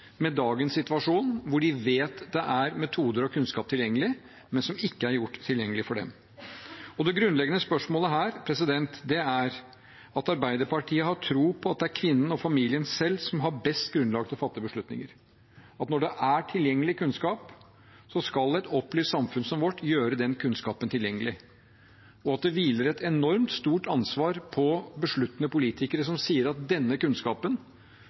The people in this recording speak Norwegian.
med dagens situasjon, hvor de vet det er metoder og kunnskap tilgjengelig, men som ikke er gjort tilgjengelig for dem. Det grunnleggende spørsmålet her er at Arbeiderpartiet har tro på at det er kvinnen og familien selv som har best grunnlag for å fatte beslutninger, at når det er tilgjengelig kunnskap, skal et opplyst samfunn som vårt gjøre den kunnskapen tilgjengelig, og at det hviler et enormt stort ansvar på besluttende politikere som sier at denne kunnskapen